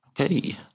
okay